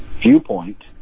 viewpoint